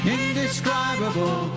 indescribable